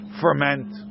ferment